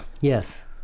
Yes